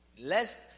Lest